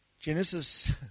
Genesis